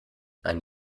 ein